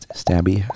stabby